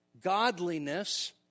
Godliness